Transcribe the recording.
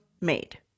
made